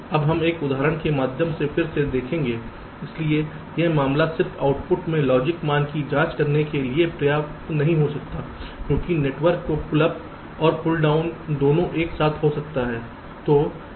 अब हम एक उदाहरण के माध्यम से फिर से देखेंगे इसलिए यह मामला सिर्फ आउटपुट में लॉजिक मान की जाँच करने के लिए पर्याप्त नहीं हो सकता है क्योंकि नेटवर्क को पुल अप और पुल डाउन दोनों एक साथ हो सकता है